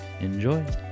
enjoy